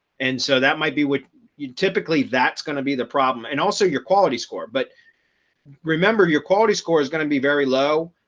and so that might be what you typically that's going to be the problem and also your quality score. but remember, your quality score is going to be very low.